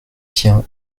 tient